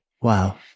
Wow